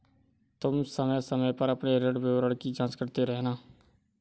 तुम समय समय पर अपने ऋण विवरण की जांच करते रहना